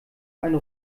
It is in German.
eine